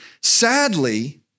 Sadly